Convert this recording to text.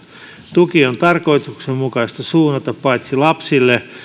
tuki on tarkoituksenmukaista suunnata paitsi lapsille